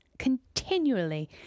continually